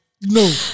No